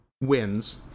wins